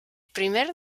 primer